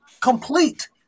complete